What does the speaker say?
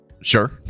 Sure